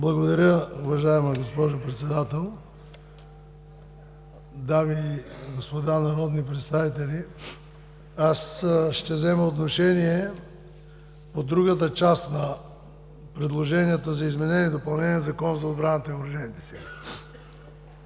Благодаря, уважаема госпожо Председател. Дами и господа народни представители! Аз ще взема отношение по другата част на предложението – за Изменение и допълнение на Закона за отбраната и въоръжените сили,